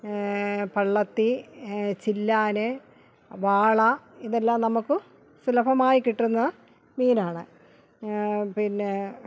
പള്ളത്തി ചില്ലാൽ വാള ഇതെല്ലം നമുക്ക് സുലഭമായി കിട്ടുന്ന മീനാണ് പിന്നെ